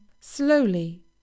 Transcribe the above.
slowly